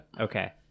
Okay